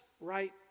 right